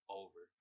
over